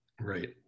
Right